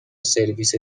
سرویس